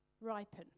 ripen